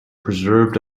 preserved